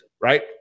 right